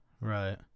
right